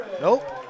Nope